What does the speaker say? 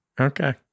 Okay